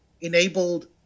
enabled